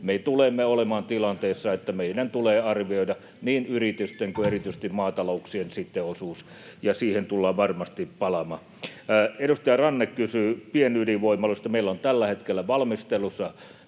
me tulemme olemaan tilanteessa, jossa meidän tulee arvioida niin yritysten kuin erityisesti maatalouden osuus, ja siihen tullaan varmasti palaamaan. Edustaja Ranne kysyy pienydinvoimaloista. Meillä on tällä hetkellä valmistelussa